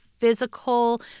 Physical